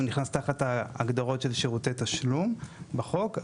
נכנס תחת ההגדרות של שירותי תשלום בחוק.